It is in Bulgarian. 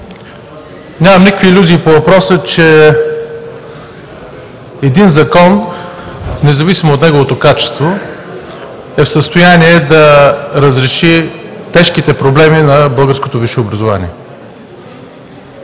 Нямам никакви илюзии по въпроса, че един закон – независимо от неговото качество, е в състояние да разреши тежките проблеми на българското висше образование.